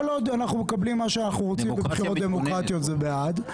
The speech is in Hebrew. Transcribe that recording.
כל עוד אנחנו מקבלים מה שאנחנו רוצים בבחירות דמוקרטיות זה בעד.